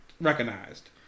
recognized